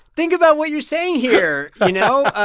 think about what you're saying here, you know?